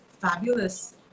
fabulous